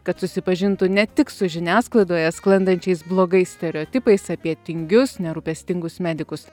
kad susipažintų ne tik su žiniasklaidoje sklandančiais blogais stereotipais apie tingius nerūpestingus medikus